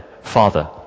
Father